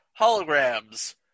holograms